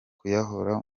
kuyakora